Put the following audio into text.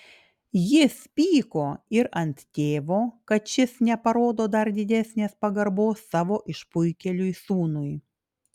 jis pyko ir ant tėvo kad šis neparodo dar didesnės pagarbos savo išpuikėliui sūnui